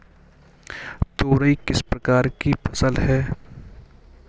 तोरई किस प्रकार की फसल है?